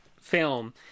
film